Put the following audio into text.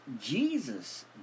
Jesus